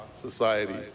society